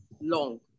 long